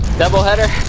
double header.